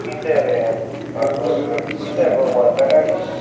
कितें रे आं घट घट कितें गो वळखना गो